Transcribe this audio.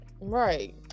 Right